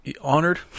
honored